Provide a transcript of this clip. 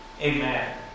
Amen